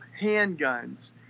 handguns